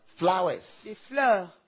flowers